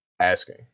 asking